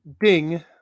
Ding